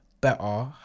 better